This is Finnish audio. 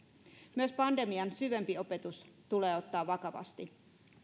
myös pandemian syvempi opetus tulee ottaa vakavasti